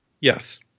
Yes